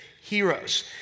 heroes